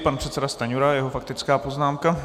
Pan předseda Stanjura a jeho faktická poznámka.